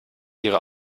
ihre